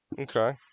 Okay